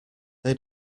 they